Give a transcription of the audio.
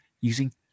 using